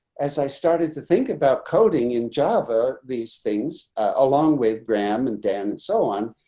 as i started to think about coding in java, these things along with graham and dan and so on.